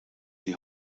die